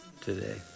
today